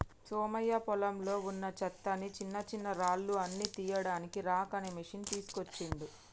సోమయ్య పొలంలో వున్నా చెత్తని చిన్నచిన్నరాళ్లు అన్ని తీయడానికి రాక్ అనే మెషిన్ తీస్కోచిండు